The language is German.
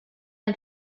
ein